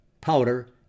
powder